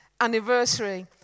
anniversary